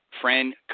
friend